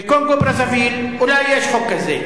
בקונגו-ברזוויל אולי יש חוק כזה,